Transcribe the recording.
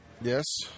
Yes